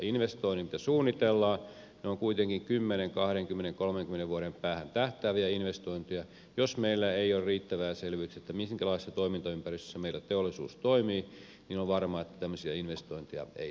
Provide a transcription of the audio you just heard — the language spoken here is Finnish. investoinnit jo suunnitellaan ne ovat kuitenkin kymmenen kahdenkymmenen kolmenkymmenen vuoden päähän tähtääviä investointeja ja jos meillä ei ole riittävää selvyyttä siitä minkälaisessa toimintaympäristössä meillä teollisuus toimii niin on varmaa että tämmöisiä investointeja ei tehdä